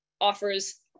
offers